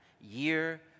year